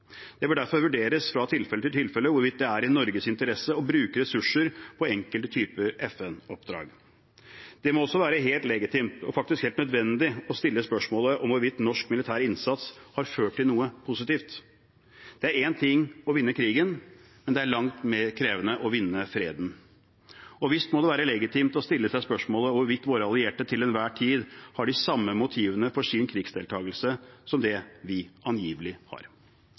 Det bør derfor vurderes fra tilfelle til tilfelle hvorvidt det er i Norges interesse å bruke ressurser på enkelte typer FN-oppdrag. Det må også være helt legitimt og faktisk helt nødvendig å stille spørsmålet om hvorvidt norsk militær innsats har ført til noe positivt. Det er én ting å vinne krigen, men det er langt mer krevende å vinne freden. Og visst må det være legitimt å stille seg spørsmålet om hvorvidt våre allierte til enhver tid har de samme motivene for sin krigsdeltakelse som det vi angivelig har.